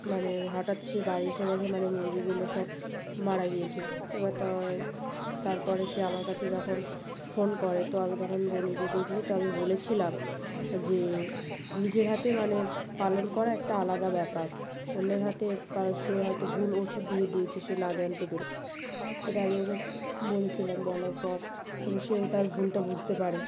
মানে হঠাৎ সে বাড়ি এসে দেখে মানে মুরগিগুলো সব মারা গিয়েছে এবার তো তারপরে সে আমার কাছে যখন ফোন করে তো আমি তখন বলি যে দেখবি তো আমি বলেছিলাম যে নিজের হাতে মানে পালন করা একটা আলাদা ব্যাপার অন্যের হাতে সে হয়তো ভুল ওষুধ দিয়ে দিয়েছে সে না জানতে পেরে এটা আমি ওকে বলেছিলাম বলার পর তবে সেও তার ভুলটা বুঝতে পারে